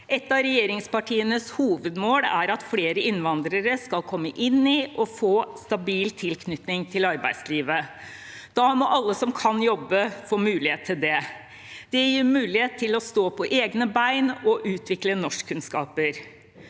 Ett av regjeringspartienes hovedmål er at flere innvandrere skal komme inn i og få stabil tilknytning til arbeidslivet. Da må alle som kan jobbe, få mulighet til det. Det gir mulighet til å stå på egne bein og utvikle norskkunnskaper.